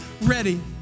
ready